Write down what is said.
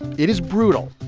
it is brutal.